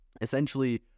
essentially